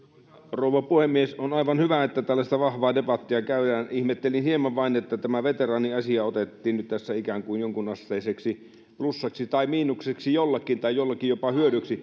rouva puhemies on aivan hyvä että tällaista vahvaa debattia käydään ihmettelin hieman vain että tämä veteraaniasia otettiin nyt tässä ikään kuin jonkunasteiseksi plussaksi tai miinukseksi jollekin tai jollekin jopa hyödyksi